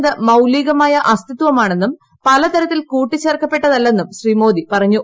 എന്നത് മൌലികമായ അസ്തിത്വമാണെന്നും പ്പില്ത്രത്തിൽ കൂട്ടിച്ചേർക്കപ്പെട്ടതല്ലെന്നും ശ്രീമോദി പറഞ്ഞു